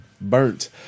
Burnt